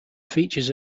features